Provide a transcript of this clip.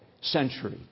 century